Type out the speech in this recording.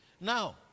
Now